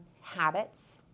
habits